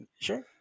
Sure